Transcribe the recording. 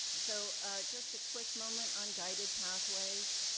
so just a quick moment on guided pathways.